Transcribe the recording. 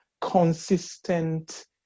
consistent